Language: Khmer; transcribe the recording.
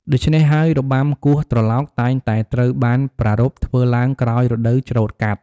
ដូច្នេះហើយ របាំគោះត្រឡោកតែងតែត្រូវបានប្រារព្ធធ្វើឡើងក្រោយរដូវច្រូតកាត់។